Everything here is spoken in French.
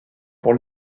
pour